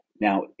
Now